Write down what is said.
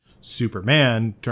superman